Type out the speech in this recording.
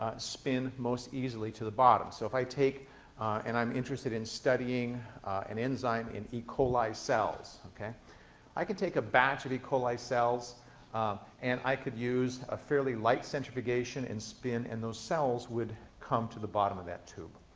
spin most easily to the bottom. so if i take and i'm interested in studying an enzyme in e. coli cells, i can take a batch of e. coli cells and i could use a fairly light centrifugation and spin, and those cells would come to the bottom of that tube.